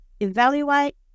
Evaluate